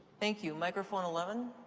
thank you, microphone eleven.